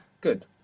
Good